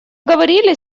говорили